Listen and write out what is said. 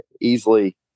easily